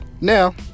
Now